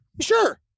Sure